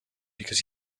because